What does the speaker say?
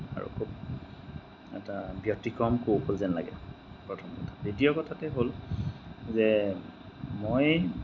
আৰু খুব এটা ব্যতিক্ৰম কৌশল যেন লাগে প্ৰথম কথা দ্বিতীয় কথাতো হ'ল যে মই